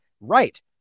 right